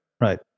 Right